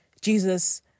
Jesus